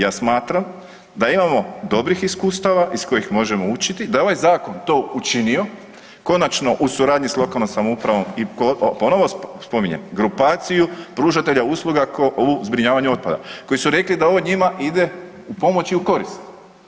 Ja smatram da imamo dobrih iskustava da možemo učiti da je ovaj zakon to učinio konačno u suradnji sa lokalnom samoupravom i ponovo spominjem grupaciju pružatelja usluga u zbrinjavanju otpada koji su rekli da ovo njima ide u pomoć i u korist.